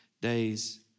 days